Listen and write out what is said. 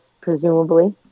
presumably